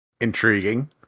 intriguing